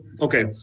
Okay